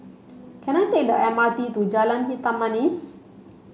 can I take the M R T to Jalan Hitam Manis